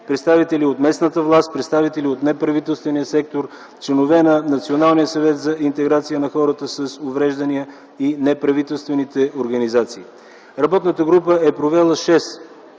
представители от местната власт, представители от неправителствения сектор, членове на Националния съвет за интеграция на хората с увреждания и неправителствените организации. Работната група е провела 6 заседания,